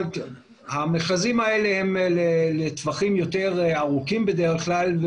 אבל המכרזים האלה הם בדרך כלל לטווחים יותר ארוכים ובקצה